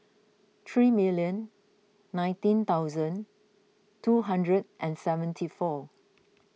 three million nineteen thousand two hundred and seventy four